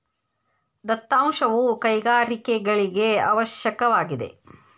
ದತ್ತಾಂಶವು ಕೈಗಾರಿಕೆಗಳಿಗೆ ಅವಶ್ಯಕವಾಗಿದೆ